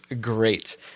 great